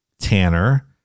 Tanner